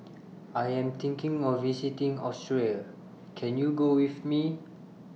I Am thinking of visiting Austria Can YOU Go with Me